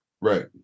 Right